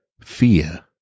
Fear